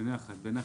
בנחת, בנחת.